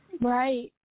Right